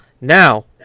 Now